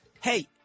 hey